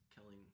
killing